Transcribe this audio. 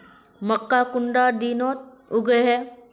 मक्का कुंडा दिनोत उगैहे?